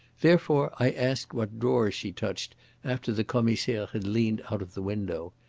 therefore i asked what drawers she touched after the commissaire had leaned out of the window.